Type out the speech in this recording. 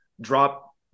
drop